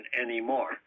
anymore